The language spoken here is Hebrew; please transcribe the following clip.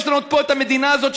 יש לנו פה את המדינה הזאת,